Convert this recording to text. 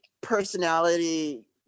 personality